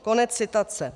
Konec citace.